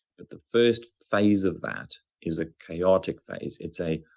that the first phase of that is a chaotic phase. it's a,